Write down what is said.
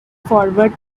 forward